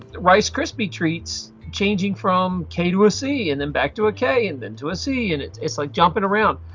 rice krispie treats changing from k to ah c and then back to a k and back to a c and it's it's like jumping around.